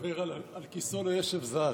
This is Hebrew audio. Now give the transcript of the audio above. אדוני היושב-ראש,